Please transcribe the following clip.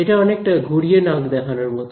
এটা অনেকটা ঘুরিয়ে নাক দেখানোর মত